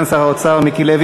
ואתה נמצא בתפקידך הנוכחי.